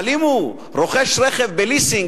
אבל אם הוא רוכש רכב בליסינג,